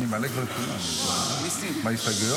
בבקשה.